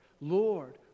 Lord